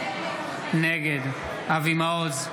נגד אבי מעוז,